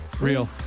Real